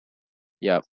yup